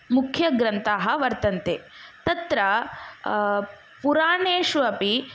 मुख्यग्रन्थाः वर्तन्ते तत्र पुराणेषु अपि